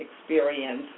experience